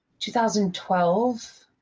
2012